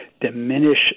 diminish